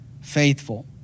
faithful